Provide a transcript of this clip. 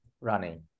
running